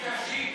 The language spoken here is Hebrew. השרה,